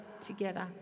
together